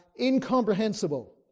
incomprehensible